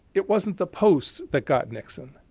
it wasn't the post that got nixon.